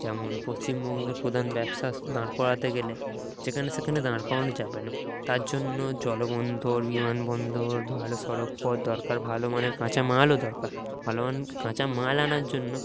যেমন পশ্চিমবঙ্গের প্রধান ব্যবসা দাঁড় করাতে গেলে যেখানে সেখানে দাঁড় করানো যাবে না তার জন্য জলবন্দর বিমানবন্দর ভালো সড়কপথ দরকার ভালো মানের কাঁচামালও দরকার ভালো মান কাঁচামাল আনার জন্য